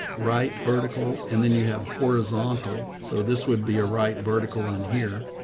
right. vertical. and then you have horizontal. so this would be a right vertical in here.